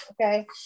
okay